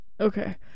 okay